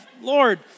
Lord